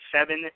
seven